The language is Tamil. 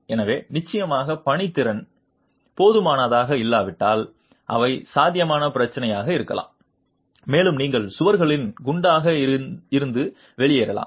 எனவே நிச்சயமாக பணித்திறன் போதுமானதாக இல்லாவிட்டால் அவை சாத்தியமான பிரச்சினையாக இருக்கலாம் மேலும் நீங்கள் சுவர்களில் குண்டாக இருந்து வெளியேறலாம்